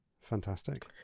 fantastic